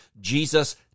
Jesus